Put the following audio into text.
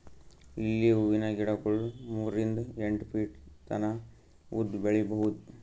lily ಹೂವಿನ ಗಿಡಗೊಳ್ ಮೂರಿಂದ್ ಎಂಟ್ ಫೀಟ್ ತನ ಉದ್ದ್ ಬೆಳಿಬಹುದ್